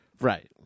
Right